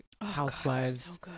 housewives